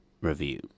review